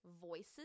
voices